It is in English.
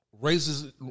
Raises